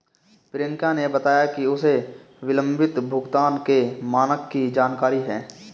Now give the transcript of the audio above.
प्रियंका ने बताया कि उसे विलंबित भुगतान के मानक की जानकारी है